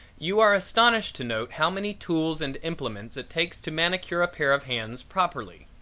you are astonished to note how many tools and implements it takes to manicure a pair of hands properly.